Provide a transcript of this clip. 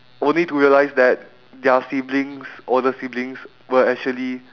only to realise that their siblings older siblings were actually